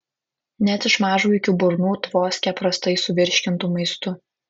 net iš mažvaikių burnų tvoskia prastai suvirškintu maistu